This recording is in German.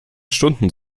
stunden